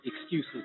excuses